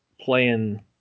playing